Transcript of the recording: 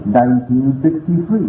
1963